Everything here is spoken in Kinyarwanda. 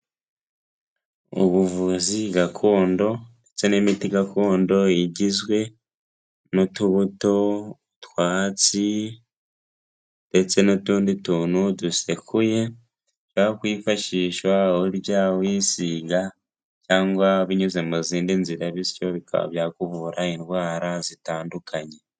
Ubuvuzi gakondo ndetse n'imiti gakondo igizwe n'utubuto, utwatsi ndetse n'utundi tuntu dusekuye ushobora kwifashisha ujya, wisiga cyangwa binyuze mu zindi nzira bityo bikaba byakuvura indwara zitandukanye.